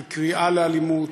של קריאה לאלימות,